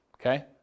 Okay